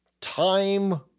time